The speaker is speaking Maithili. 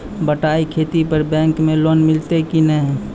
बटाई खेती पर बैंक मे लोन मिलतै कि नैय?